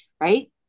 Right